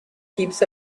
keeps